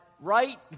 right